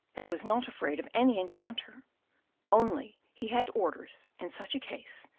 and was not afraid of any encounter only he had orders, in such a case,